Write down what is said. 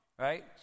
right